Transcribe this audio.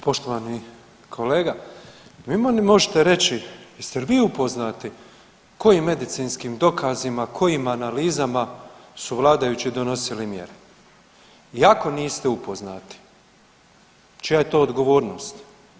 Poštovani kolega, vi meni možete reći jeste li vi upoznati kojim medicinskim dokazima, kojim analizama su vladajući donosili mjere i ako niste upoznati čija je to odgovornost.